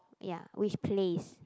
ya which place